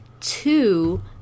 Two